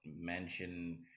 mention